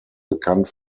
bekannt